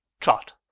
Trot